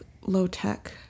low-tech